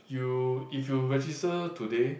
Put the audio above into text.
you if you register today